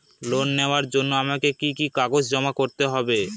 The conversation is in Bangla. লোন নেওয়ার জন্য আমাকে কি কি কাগজ জমা করতে হবে?